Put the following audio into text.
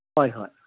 ꯍꯣꯏ ꯍꯣꯏ